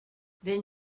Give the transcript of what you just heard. then